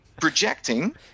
projecting